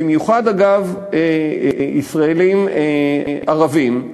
במיוחד אגב ישראלים ערבים,